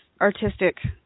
artistic